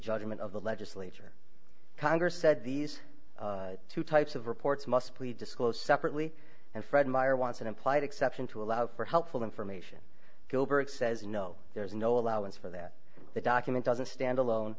judgment of the legislature congress said these two types of reports must be disclosed separately and fred meyer wants an implied exception to allow for helpful information gilbert says no there's no allowance for that the document doesn't stand alone